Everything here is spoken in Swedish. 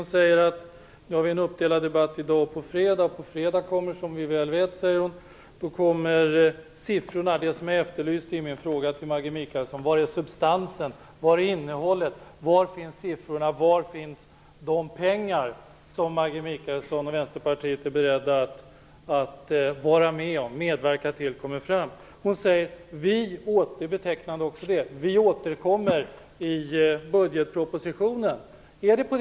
Hon säger att vi har en debatt som är uppdelad mellan onsdagen och fredagen, och hon påminner om att diskussionen om siffrorna kommer på fredag. Jag efterlyste i min fråga till Maggi Mikaelsson var de pengar som Maggi och Vänsterpartiet är beredda att medverka till att få fram finns Hon säger: Vi - också det är betecknande - återkommer i budgetpropositionen. Är det så?